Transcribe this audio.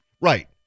Right